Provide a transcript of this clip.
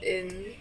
in